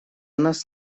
нас